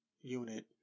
unit